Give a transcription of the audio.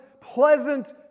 pleasant